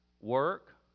work